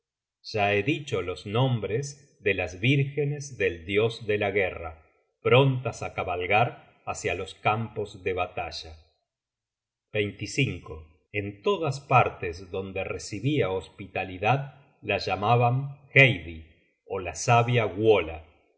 ya he dicho los nombres de las vírgenes del dios de la guerra prontas á cabalgar hácia los campos de batalla en todas partes donde recibia hospitalidad la llamaban heidi ó la sabia wola